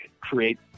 create